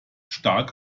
stark